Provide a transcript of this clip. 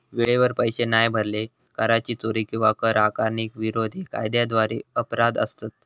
वेळेवर पैशे नाय भरले, कराची चोरी किंवा कर आकारणीक विरोध हे कायद्याद्वारे अपराध असत